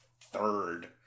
third